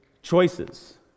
Choices